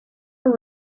her